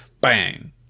bang